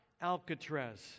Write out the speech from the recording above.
Alcatraz